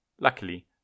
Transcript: Luckily